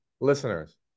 listeners